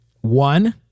One